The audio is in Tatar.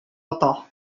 ата